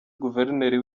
guverineri